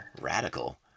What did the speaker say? Radical